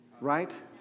Right